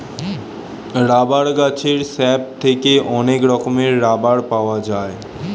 rubber গাছের sap থেকে অনেক রকমের রাবার পাওয়া যায়